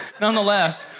nonetheless